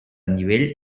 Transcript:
nivell